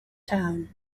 town